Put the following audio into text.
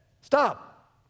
stop